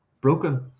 broken